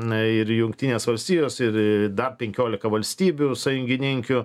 na ir jungtinės valstijos ir ir dar penkiolika valstybių sąjungininkių